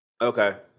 Okay